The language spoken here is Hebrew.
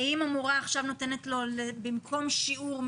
האם המורה עכשיו נותנת להם במקום שיעור,